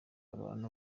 abantu